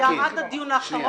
זה היה רק הדיון האחרון,